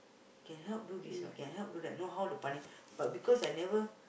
can help do this or not can help do that know how the but because I never